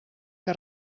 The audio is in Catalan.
que